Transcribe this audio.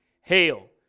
Hail